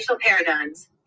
paradigms